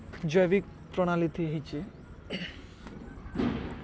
ଜୈବିକ୍ ପ୍ରଣାଳୀଥି ହେଇଛେ